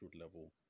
level